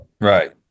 Right